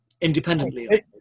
independently